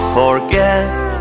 forget